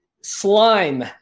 slime